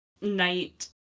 night